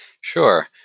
Sure